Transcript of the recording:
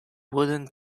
wooden